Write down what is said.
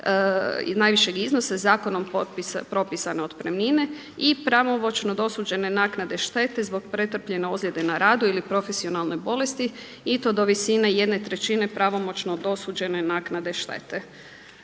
najvišeg iznosa zakonom propisane otpremnine i pravomoćno dosuđene naknade štete zbog pretrpljene ozljede na radu ili profesionalne bolesti i to do visine jedne trećine pravomoćno dosuđene naknade štete.